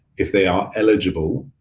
if they are eligible,